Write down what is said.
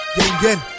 again